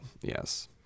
yes